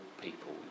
people